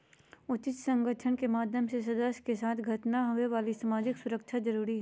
उचित संगठन के माध्यम से सदस्य के साथ घटना होवे वाली सामाजिक सुरक्षा जरुरी हइ